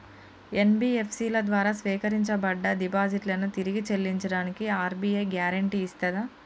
NBFC ల ద్వారా సేకరించబడ్డ డిపాజిట్లను తిరిగి చెల్లించడానికి ఆర్.బి.ఐ గ్యారెంటీ ఇస్తదా?